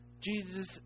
Jesus